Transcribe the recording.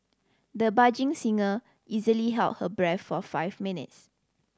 the budding singer easily held her breath for five minutes